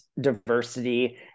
diversity